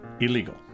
illegal